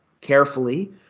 carefully